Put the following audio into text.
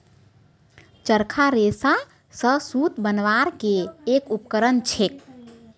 चरखा रेशा स सूत बनवार के एक उपकरण छेक